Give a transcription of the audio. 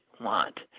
want